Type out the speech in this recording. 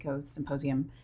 symposium